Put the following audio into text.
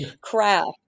craft